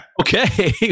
okay